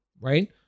right